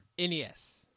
nes